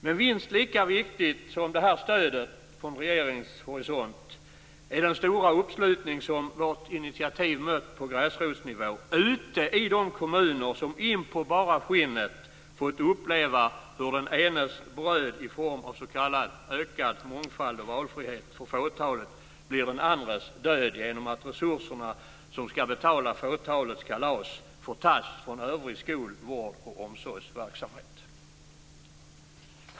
Men minst lika viktigt som stödet från regeringens horisont är den stora uppslutning som vårt initiativ mött från gräsrotsnivå - ute i de kommuner som in på bara skinnet fått uppleva hur "den enes bröd" i form av s.k. ökad mångfald och valfrihet för fåtalet blivit den "andres död" genom att resurserna som ska betala fåtalets kalas får tas från övrig skol-, vård och omsorgsverksamhet.